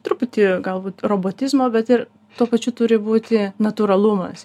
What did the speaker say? truputį galbūt robotizmo bet ir tuo pačiu turi būti natūralumas